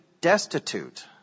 destitute